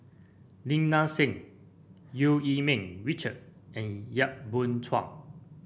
Lim Nang Seng Eu Yee Ming Richard and Yap Boon Chuan